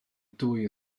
dwy